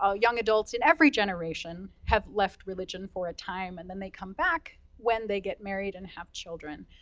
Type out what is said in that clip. ah young adults in every generation have left religion for a time, and then they come back when they get married and have children.